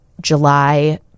July